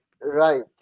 Right